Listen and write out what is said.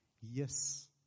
Yes